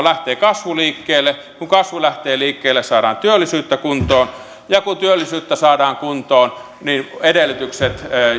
lähtee kasvu liikkeelle kun kasvu lähtee liikkeelle saadaan työllisyyttä kuntoon ja kun työllisyyttä saadaan kuntoon niin edellytykset